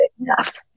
enough